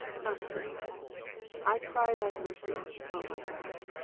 not so i cry thy mercy, o my god.